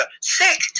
sick